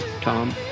Tom